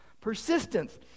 Persistence